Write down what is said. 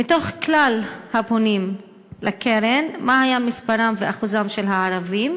1. מכלל הפונים לקרן, מה היה מספר ואחוז הערבים,